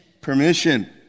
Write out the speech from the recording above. Permission